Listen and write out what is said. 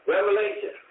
Revelation